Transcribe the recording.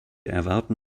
erwarten